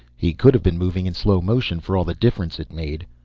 he could have been moving in slow motion for all the difference it made.